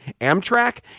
Amtrak